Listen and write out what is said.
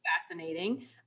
fascinating